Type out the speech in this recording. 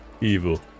evil